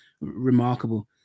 remarkable